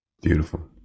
Beautiful